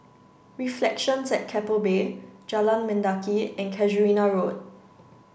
reflections at Keppel Bay Jalan Mendaki and Casuarina Road